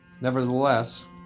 Nevertheless